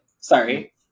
sorry